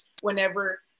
whenever